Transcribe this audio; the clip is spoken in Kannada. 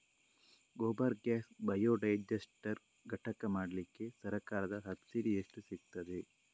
ಗೋಬರ್ ಗ್ಯಾಸ್ ಬಯೋಡೈಜಸ್ಟರ್ ಘಟಕ ಮಾಡ್ಲಿಕ್ಕೆ ಸರ್ಕಾರದ ಸಬ್ಸಿಡಿ ಎಷ್ಟು ಸಿಕ್ತಾದೆ?